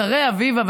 אחרי אביבה,